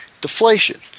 deflation